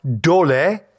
dole